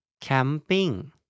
Camping